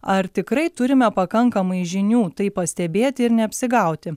ar tikrai turime pakankamai žinių tai pastebėti ir neapsigauti